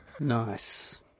Nice